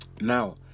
Now